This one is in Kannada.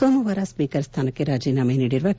ಸೋಮವಾರ ಸ್ವೀಕರ್ ಸ್ಮಾನಕ್ಕೆ ರಾಜೀನಾಮೆ ನೀಡಿರುವ ಕೆ